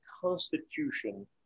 constitution